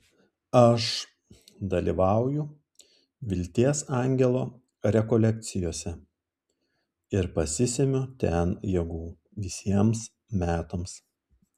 aš dalyvauju vilties angelo rekolekcijose ir pasisemiu ten jėgų visiems metams